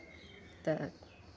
तऽ